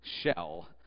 shell